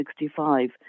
1965